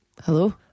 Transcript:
Hello